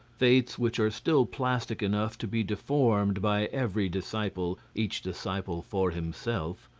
faiths which are still plastic enough to be deformed by every disciple, each disciple for himself,